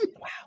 Wow